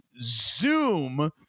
zoom